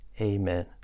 Amen